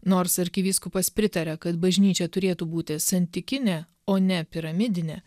nors arkivyskupas pritaria kad bažnyčia turėtų būti santykinė o ne piramidinė